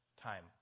time